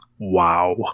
Wow